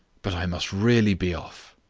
but i must really be off.